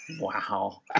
Wow